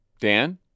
Dan